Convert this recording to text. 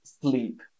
sleep